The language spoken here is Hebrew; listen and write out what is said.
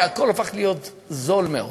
כי הכול הפך להיות זול מאוד.